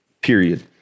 Period